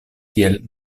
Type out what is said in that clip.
kiel